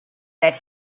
that